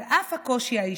על אף הקושי האישי.